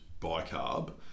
bicarb